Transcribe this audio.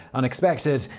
unexpected,